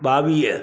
ॿावीह